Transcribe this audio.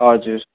हजुर